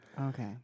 Okay